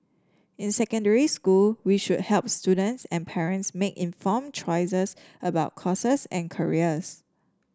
in secondary school we should help students and parents make inform choices about courses and careers